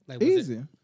Easy